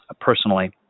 personally